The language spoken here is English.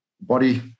body